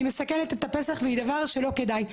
היא מסכנת את הפסח והיא דבר שלא כדאי.